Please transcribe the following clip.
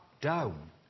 down